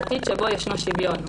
העתיד שבו יש שוויון.